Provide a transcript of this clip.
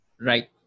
right